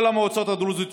כל המועצות הדרוזיות יקרסו.